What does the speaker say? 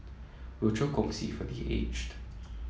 Rochor Kongsi for The Aged